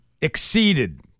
exceeded